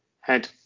head